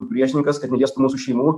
priešininkas kad neliestų mūsų šeimų